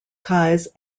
ties